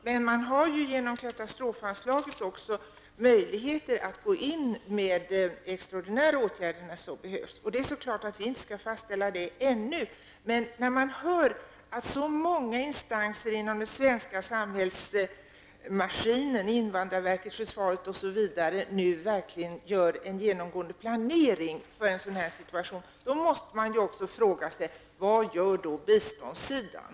Herr talman! Man har genom katastrofanslaget möjlighet att gå in med extraordinära åtgärder när så behövs. Det är klart att vi inte skall fastställa det ännu, men när man hör att så många instanser inom det svenska samhällsmaskineriet -- invandrarverket, försvaret osv. -- nu verkligen gör en genomgående planering för en sådan situation, kommer man att fråga sig: Vad görs på biståndssidan?